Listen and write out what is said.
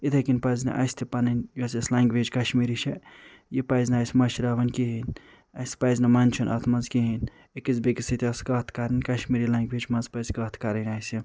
یِتھٔے کٔنۍ پَزِ نہٕ اسہِ تہِ پنٕنۍ یۄس اسہِ لنٛگویج کشمیری چھِ یہِ پَزِ نہٕ اسہِ مشراوٕنۍ کِہیٖنۍ اسہِ پِزِ نہٕ منٛدٕچھُن اتھ منٛز کِہیٖنۍ أکِس بیٛیِس سۭتۍ آسہِ کَتھ کَرٕنۍ کشمیٖری لنٛگویج منٛز پَزٕ کَتھ کَرٕنۍ اسہِ